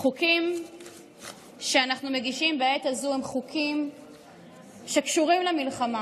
החוקים שאנחנו מגישים בעת הזו הם חוקים שקשורים למלחמה.